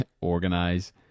organize